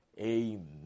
amen